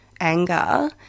anger